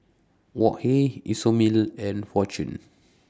Wok Hey Isomil and Fortune